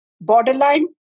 Borderline